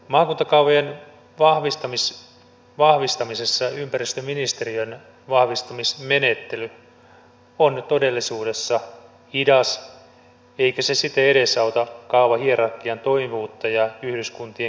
maakuntakaavojen vahvistamisessa ympäristöministeriön vahvistamismenettely on todellisuudessa hidas eikä se siten edesauta kaavahierarkian toimivuutta ja yhdyskuntien kehittämistä